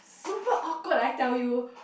super awkward I tell you